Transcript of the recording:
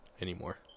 anymore